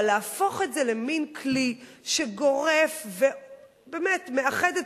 אבל להפוך את זה למין כלי שגורף ובאמת מאחד את